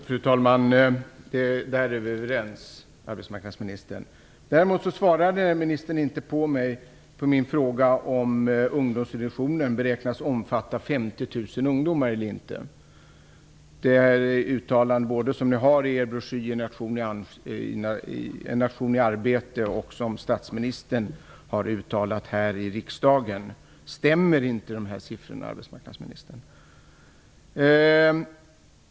Fru talman! Här är vi överens, arbetsmarknadsministern. Men ministern svarade inte på min fråga om ungdomsintroduktionen beräknas omfatta 50 000 ungdomar eller inte. Varken siffrorna i er broschyr En nation i arbete eller de som statsministern uttalande här i riksdagen stämmer, arbetsmarknadsministern.